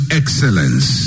excellence